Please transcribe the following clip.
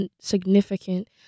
significant